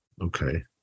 okay